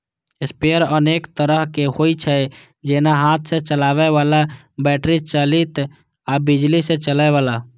sprayer अनेक तरहक होइ छै, जेना हाथ सं चलबै बला, बैटरी चालित आ बिजली सं चलै बला